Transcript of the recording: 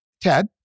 Ted